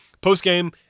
post-game